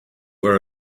were